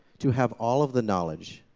to have all of the knowledge,